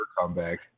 comeback